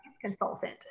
consultant